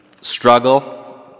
struggle